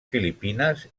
filipines